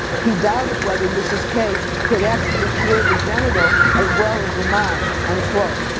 he doubted whether mrs. k could actually cure the genital, as well as the mind, unquote.